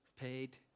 paid